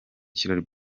bye